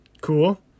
Cool